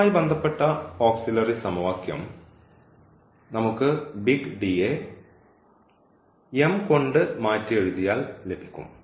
ഇതുമായി ബന്ധപ്പെട്ട ഓക്സിലറി സമവാക്യം നമുക്ക് യെ കൊണ്ട് മാറ്റിയെഴുതിയാൽ ലഭിക്കും